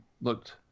looked